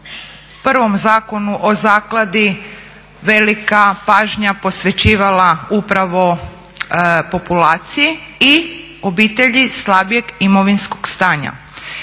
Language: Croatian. prvom zakonu o zakladi velika pažnja posvećivala upravo populaciji i obitelji slabijeg imovinskog stanja.